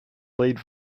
lead